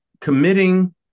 committing